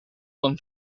con